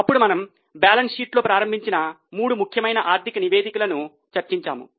అప్పుడు మనము బ్యాలెన్స్ షీట్తో ప్రారంభించిన మూడు ముఖ్యమైన ఆర్థిక నివేదికలను చర్చించాము